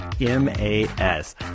M-A-S